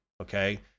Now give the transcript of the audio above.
Okay